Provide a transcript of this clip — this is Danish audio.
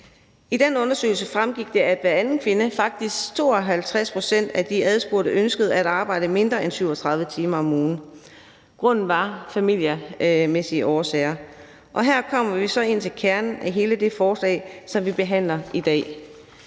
I den undersøgelse fremgik det, at hver anden kvinde, faktisk 52 pct. af de adspurgte, ønskede at arbejde mindre end 37 timer om ugen. Baggrunden var familiemæssige årsager. Og her kommer vi så ind til kernen i hele det forslag, som vi behandler i dag.